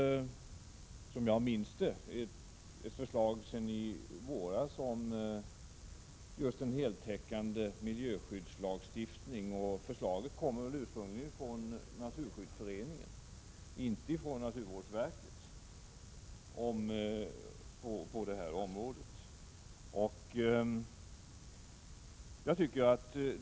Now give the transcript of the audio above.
Jag vill minnas att vi har ett förslag sedan i våras om just en heltäckande miljöskyddslagstiftning. Förslaget på detta område kom nog ursprungligen från Naturskyddsföreningen och inte från naturvårdsverket.